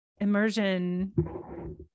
immersion